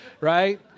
right